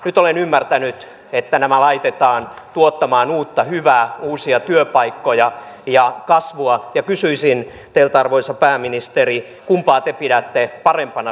nyt olen ymmärtänyt että nämä laitetaan tuottamaan uutta hyvää uusia työpaikkoja ja kasvua ja kysyisin teiltä arvoisa pääministeri kumpaa te pidätte parempana suuntana suomelle